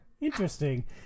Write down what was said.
Interesting